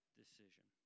decision